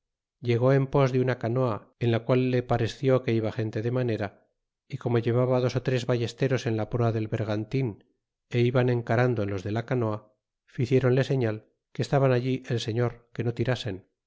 llegó en pos de una canoa en la quid le pareseió que iba gente de manera y como o llevaba dos tres ballesteros en la proa del bergantin y iban a encarando en los de la canoa ticiéronle señal que estaban allí a el señor que no tirasen y